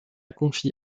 confie